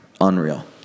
unreal